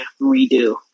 redo